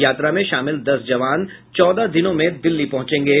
यात्रा में शामिल दस जवान चौदह दिनों में दिल्ली पहुंचेंगे